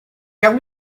gawn